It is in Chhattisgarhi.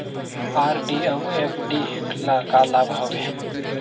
आर.डी अऊ एफ.डी ल का लाभ हवे?